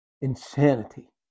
Insanity